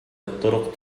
الطرق